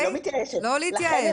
אני לא מתייאשת ולכן אני כאן,